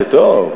זה טוב,